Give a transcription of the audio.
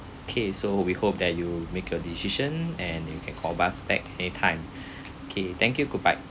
okay so we hope that you make a decision and you can call us back any time okay thank you goodbye